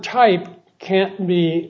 type can't me